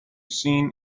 seen